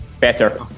Better